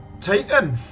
Taken